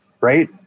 Right